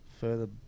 further